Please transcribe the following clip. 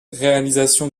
réalisation